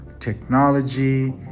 technology